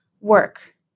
work